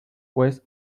pues